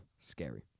Scary